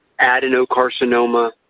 adenocarcinoma